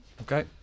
Okay